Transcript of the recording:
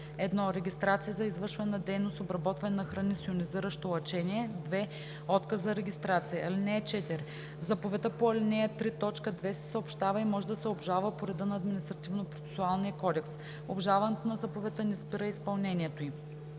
1. регистрация за извършване на дейност „обработване на храни с йонизиращо лъчение“; 2. отказ за регистрация. (4) Заповедта по ал. 3, т. 2 се съобщава и може да се обжалва по реда на Административнопроцесуалния кодекс. Обжалването на заповедта не спира изпълнението й.